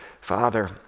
Father